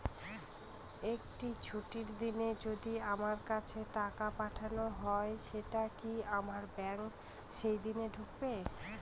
একটি ছুটির দিনে যদি আমার কাছে টাকা পাঠানো হয় সেটা কি আমার ব্যাংকে সেইদিন ঢুকবে?